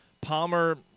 Palmer